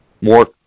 more